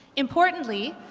importantly,